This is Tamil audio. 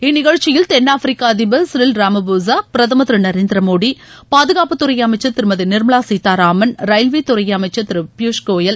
இந்நிகழ்ச்சியில் தென்னாப்பிரிக்க அதிபர் சிரில் ராமபோஸா பிரதமர் திரு நரேந்திர மோடி பாதுகாப்புத்துறை அமைச்சர் திருமதி நிர்மலா சீத்தாராமன் ரயில்வே துறை அமைச்சர் திர பியூஷ் கோயல்